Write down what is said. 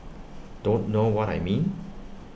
don't know what I mean